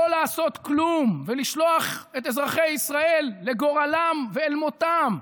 לא לעשות כלום ולשלוח את אזרחי ישראל לגורלם ואל מותם?